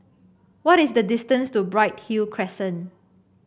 what is the distance to Bright Hill Crescent